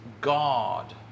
God